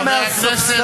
גם מהספסלים,